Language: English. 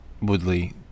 Woodley